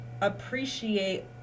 appreciate